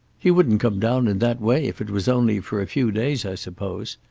he wouldn't come down in that way if it was only for a few days i suppose.